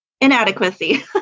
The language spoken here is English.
inadequacy